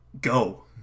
Go